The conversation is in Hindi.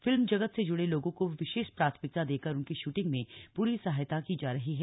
फिल्म जगत से जुड़े लोगों को विशेष प्राथमिकता देकर उनकी शूटिंग में पूरी सहायता की जा रही है